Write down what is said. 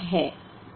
तो सवाल है